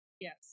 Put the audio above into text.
Yes